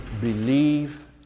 Believe